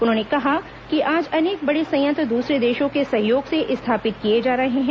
उन्होंने कहा कि आज अनेक बड़े संयंत्र दूसरे देशों के सहयोग से स्थापित किए जा रहे हैं